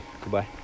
Goodbye